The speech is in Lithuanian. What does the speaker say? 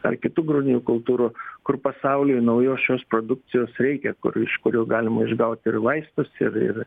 ar kitų grūdinių kultūrų kur pasaulyje naujos šios produkcijos reikia kur iš kurių galima išgauti ir vaistus ir ir